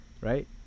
right